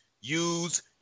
use